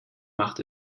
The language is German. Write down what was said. macht